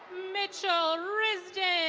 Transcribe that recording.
mitchell risden.